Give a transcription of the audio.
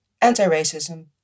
anti-racism